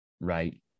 Right